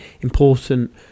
important